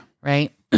Right